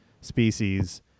species